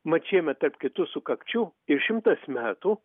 mat šiemet tarp kitų sukakčių ir šimtas metų